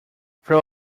throw